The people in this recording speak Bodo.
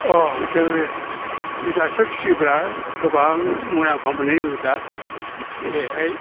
अ जोङो जुनारफोर फियोब्ला गोबां मुलाम्फा मोननाय दङ दा जेरै हाय